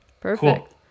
Perfect